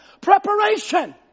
Preparation